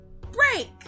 break